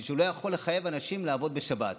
שהוא לא יכול לחייב אנשים לעבוד בשבת.